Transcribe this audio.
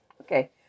Okay